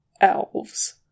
Elves